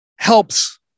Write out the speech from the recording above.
helps